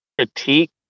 critique